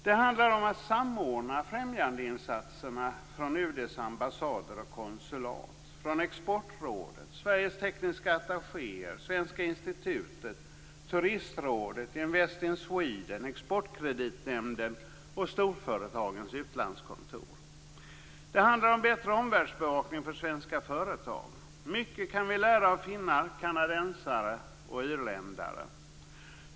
Det handlar om att samordna främjandeinsatserna från UD:s ambassader och konsulat, från Exportrådet, från Sveriges tekniska attachéer, från Svenska institutet, från Turistrådet, från Invest in Sweden, från Det handlar om bättre omvärldsbevakning för svenska företag. Vi kan lära mycket av finnar, kanadensare och irländare.